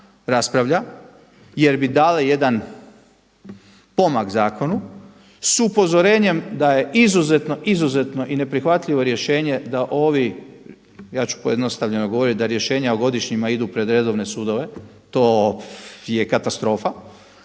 raspravlja jer bi dale jedan pomak zakonu s upozorenjem da je izuzetno, izuzetno i neprihvatljivo rješenje da ovi, ja ću pojednostavljeno govoriti da rješenja o godišnjima idu pred redovne sudove, to je katastrofa.